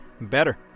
Better